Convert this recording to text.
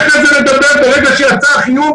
ברגע שיצא החיוב,